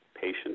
patient